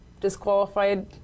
disqualified